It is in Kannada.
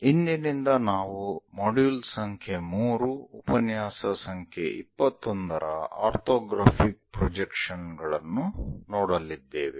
ಇಂದಿನಿಂದ ನಾವು ಮಾಡ್ಯೂಲ್ ಸಂಖ್ಯೆ 3 ಉಪನ್ಯಾಸ ಸಂಖ್ಯೆ 21 ರ ಆರ್ಥೋಗ್ರಾಫಿಕ್ ಪ್ರೊಜೆಕ್ಷನ್ ಗಳನ್ನು ನೋಡಲಿದ್ದೇವೆ